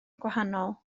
gwahanol